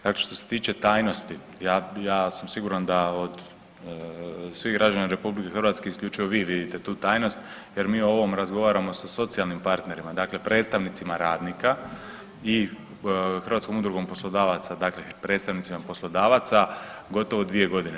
Dakle, što se tiče tajnosti ja sam siguran da od svih građana RH isključivo vi vidite tu tajnost jer mi o ovom razgovaramo sa socijalnim partnerima, dakle predstavnicima radnika i Hrvatskom udrugom poslodavaca, dakle predstavnicima poslodavaca gotovo 2 godine.